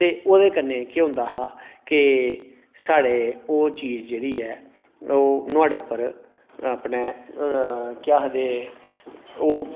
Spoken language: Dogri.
ते ओह्दे कन्नै केह् होंदा हा कि ओह् साढ़े ओह् चीज जेह्ड़ी ऐ नुहाड़े उप्पर अपने ओह् केह् आखदे ओह्